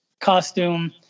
costume